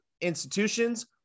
institutions